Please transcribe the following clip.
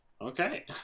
Okay